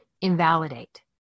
invalidate